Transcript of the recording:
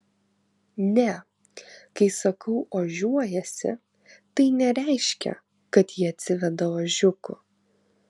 ne kai sakau ožiuojasi tai nereiškia kad ji atsiveda ožiukų